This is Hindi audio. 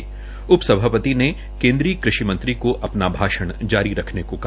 इससे उपसभापति ने केन्द्रीय कृषि मंत्री को अपना भाषण जारी रखने को कहा